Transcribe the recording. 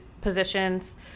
positions